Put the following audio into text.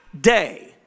day